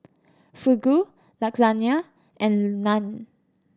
Fugu Lasagna and Naan